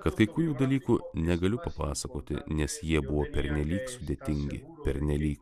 kad kai kurių dalykų negaliu papasakoti nes jie buvo pernelyg sudėtingi pernelyg